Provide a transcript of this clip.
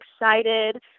excited